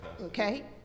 Okay